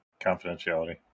confidentiality